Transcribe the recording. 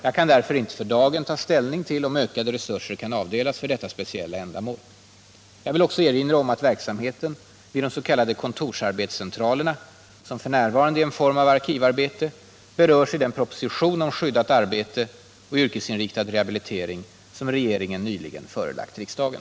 Jag kan därför inte för dagen ta ställning till om ökade resurser kan avdelas för detta speciella ändamål. Jag vill också erinra om att verksamheten vid de s.k. kontorsarbetscentralerna, som f.n. är en form av arkivarbete, berörs i den proposition om skyddat arbete och yrkesinriktad rehabilitering som regeringen nyligen förelagt riksdagen.